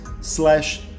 slash